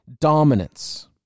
dominance